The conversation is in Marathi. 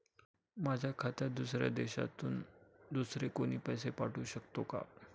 माझ्या खात्यात दुसऱ्या देशातून दुसरे कोणी पैसे पाठवू शकतो का?